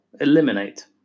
eliminate